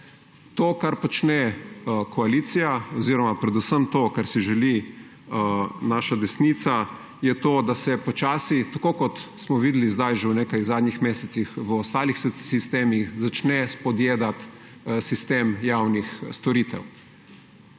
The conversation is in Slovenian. To, kar počne koalicija, oziroma predvsem to, kar si želi naša desnica, je to, da se počasi, tako kot smo videli zdaj že v nekaj zadnjih mesecih v ostalih sistemih, začne spodjedati sistem javnih storitev.